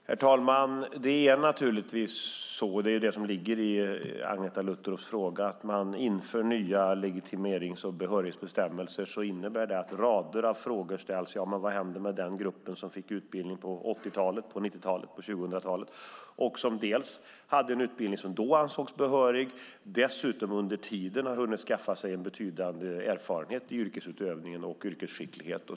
Herr talman! När man inför ny legitimerings och behörighetsbestämmelser - det är det som ligger i Agneta Luttropps fråga - innebär det att rader av frågor ställs. Vad händer med den grupp som fick utbildning på 1980-talet, på 1990-talet och på 2000-talet och som har en utbildning som gjorde att de då ansågs behöriga och som dessutom under tiden har hunnit skaffa sig en betydande erfarenhet och skicklighet i yrkesutövningen?